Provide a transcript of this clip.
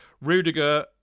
Rudiger